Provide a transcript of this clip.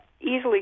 easily